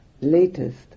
latest